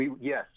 Yes